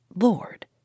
Lord